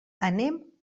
anem